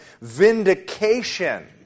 vindication